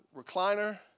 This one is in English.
recliner